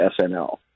SNL